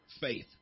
faith